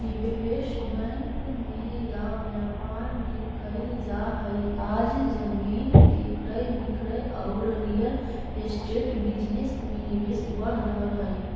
निवेश बैंक में या व्यापार में कईल जा हई आज जमीन के क्रय विक्रय औउर रियल एस्टेट बिजनेस में निवेश बढ़ रहल हई